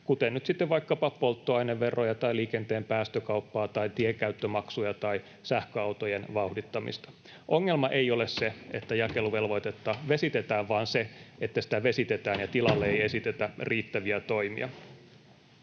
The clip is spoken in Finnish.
kuten nyt sitten vaikkapa polttoaineveroja tai liikenteen päästökauppaa tai tienkäyttömaksuja tai sähköautojen vauhdittamista. Ongelma ei ole se, että jakeluvelvoitetta vesitetään, vaan se, että sitä vesitetään ja tilalle ei esitetä riittäviä toimia.